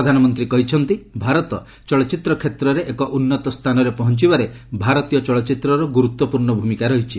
ପ୍ରଧାନମନ୍ତ୍ରୀ କହିଛନ୍ତି ଭାରତ ଚଳଚ୍ଚିତ୍ର କ୍ଷେତ୍ରରେ ଏକ ଉନ୍ନତ ସ୍ଥାନରେ ପହଞ୍ଚିବାରେ ଭାରତୀୟ ଚଳଚ୍ଚିତ୍ରର ଗୁରୁତ୍ୱପୂର୍୍ଣ ଭୂମିକା ରହିଛି